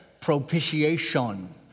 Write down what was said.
Propitiation